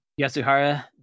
Yasuhara